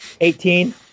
Eighteen